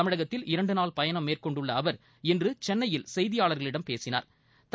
தமிழகத்தில் இரண்டு நாள் பயணம் மேற்கொண்டுள்ள அவர் இன்று சென்னையில் செய்தியாளர்களிடம் பேசினா்